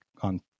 on